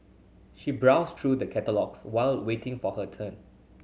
she browsed through the catalogues while waiting for her turn